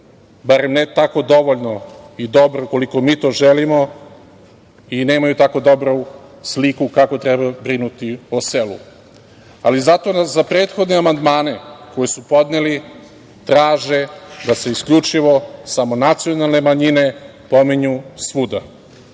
bar ne tako dovoljno i dobro koliko mi to želimo i nemaju tako dobru sliku kako treba brinuti o selu, ali zato za prethodne amandmane koje su podneli traže da se isključivo samo nacionalne manjine pominju svuda. Danas